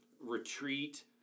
retreat